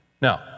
Now